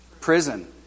prison